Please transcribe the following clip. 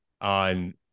on